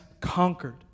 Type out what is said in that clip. conquered